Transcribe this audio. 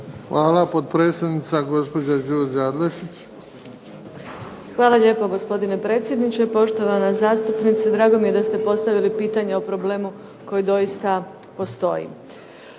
Hvala. Potpredsjednica gospođa Đurđa Adlešić. **Adlešič, Đurđa (HSLS)** Hvala gospodine predsjedniče, poštovana zastupnice. Drago mi je da ste postavili pitanje o problemu koji doista postoji